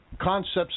concepts